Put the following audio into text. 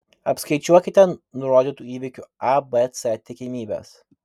apskaičiuokite nurodytų įvykių a b c tikimybes